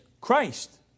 Christ